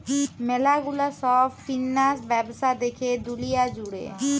ম্যালা গুলা সব ফিন্যান্স ব্যবস্থা দ্যাখে দুলিয়া জুড়ে